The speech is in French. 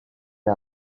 les